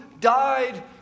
died